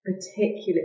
Particularly